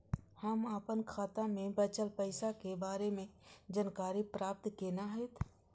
हम अपन खाता में बचल पैसा के बारे में जानकारी प्राप्त केना हैत?